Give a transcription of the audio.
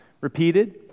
repeated